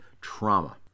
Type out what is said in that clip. trauma